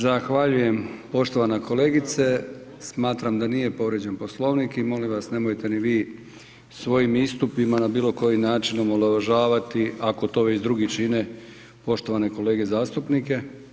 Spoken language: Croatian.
Zahvaljujem poštovana kolegice, smatram da nije povrijeđen Poslovnik i molim vas nemojte ni vi svojim istupima na bilo koji način omalovažavati ako to već drugi čine poštovane kolege zastupnike.